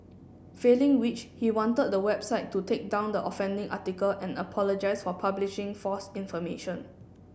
failing which he wanted the website to take down the offending article and apologise for publishing false information